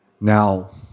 Now